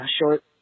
short